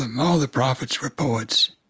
and all the prophets were poets.